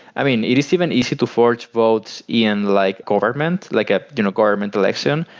i mean you receive an easy to forge votes in like government, like a you know government election.